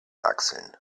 achseln